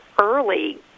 early